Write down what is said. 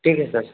ठीक आहे सर